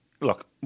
look